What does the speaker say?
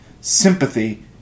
sympathy